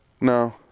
no